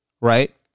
right